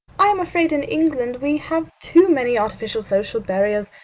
i am afraid in england we have too many artificial social barriers.